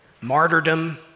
martyrdom